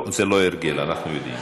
לא, זה לא הרגל, אנחנו יודעים.